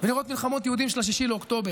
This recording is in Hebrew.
ולראות מלחמות יהודים של 6 באוקטובר.